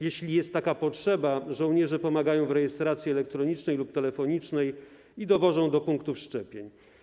Jeśli jest taka potrzeba, żołnierze pomagają w rejestracji elektronicznej lub telefonicznej i dowożą do punktów szczepień.